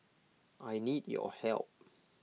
I need your help